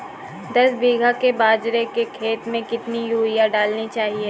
दस बीघा के बाजरे के खेत में कितनी यूरिया डालनी चाहिए?